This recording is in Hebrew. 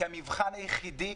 המבחן היחיד פה